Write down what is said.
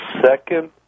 second